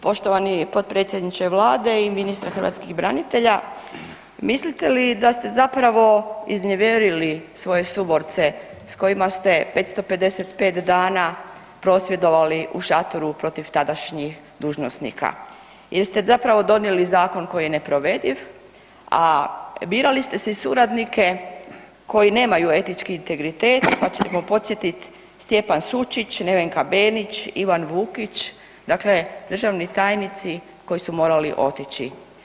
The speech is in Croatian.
Poštovani potpredsjedničke Vlade i ministre hrvatskih branitelja, mislite li da ste zapravo iznevjerili svoje suborce s kojima ste 555 dana prosvjedovali u šatoru protiv tadašnjih dužnosnika jer ste zapravo donijeli zakon koji je neprovediv, a birali ste si suradnike koji nemaju etički integritet pa ćemo podsjetiti Stjepan Sučić, Nevenka Benić, Ivan Vukić, dakle državni tajnici koji su morali otići.